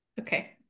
okay